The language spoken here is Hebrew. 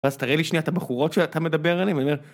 אז תראה לי שנייה את הבחורות שאתה מדבר עליהן.